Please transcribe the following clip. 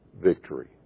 victory